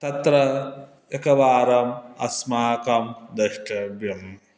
तत्र एकवारम् अस्माकं द्रष्टव्यम्